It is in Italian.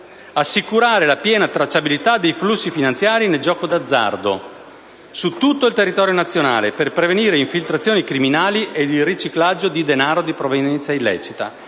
assicurare la piena tracciabilità dei flussi finanziari nel gioco d'azzardo su tutto il territorio nazionale, per prevenire infiltrazioni criminali e riciclaggio di denaro di provenienza illecita.